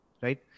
Right